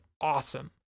awesome